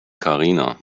karina